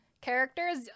characters